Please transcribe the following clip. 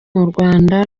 urwanda